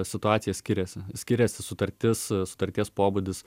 situacija skiriasi skiriasi sutartis sutarties pobūdis